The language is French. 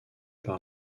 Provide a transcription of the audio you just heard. par